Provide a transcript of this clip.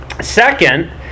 Second